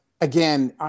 again